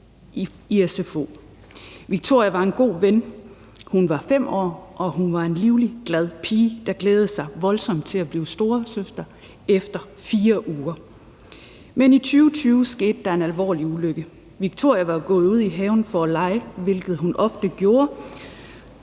Victoria var en god ven. Hun var 5 år, og hun var en livlig, glad pige, der glædede sig voldsomt til at blive storesøster 4 uger efter. Men i 2020 skete der en alvorlig ulykke. Victoria var gået ud i haven for at lege, hvilket hun ofte gjorde,